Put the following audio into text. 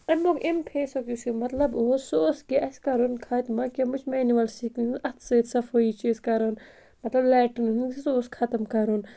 اَمیُک امۍ فیسُک یُس یہِ مطلب اوس سُہ اوس کہِ اَسہِ کَرُن خاتمہ کہِ اَتھٕ سۭتۍ صفٲیی چھِ أسۍ کَران مطلب لیٹریٖن ہٕنٛز سُہ اوس ختم کَرُن